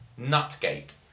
Nutgate